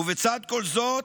ובצד כל זאת,